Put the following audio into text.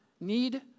need